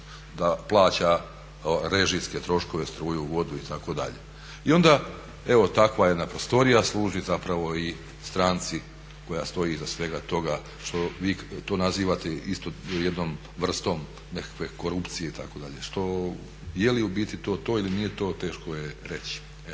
da plaća režijske troškove, struju, vodu itd. I onda evo takva jedna prostorija služi zapravo i stranci koja stoji iza svega toga što vi to nazivate isto jednom vrstom nekakve korupcije itd. Je li u biti to to ili nije to teško je reći.